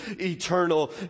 eternal